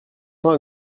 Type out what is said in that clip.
temps